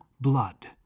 blood